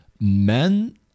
men